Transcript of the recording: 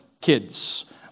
kids